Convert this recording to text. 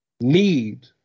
need